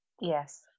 Yes